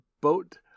boat